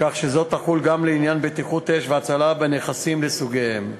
כך שזו תחול גם לעניין בטיחות אש והצלה בנכסים לסוגיהם.